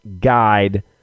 guide